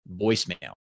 voicemail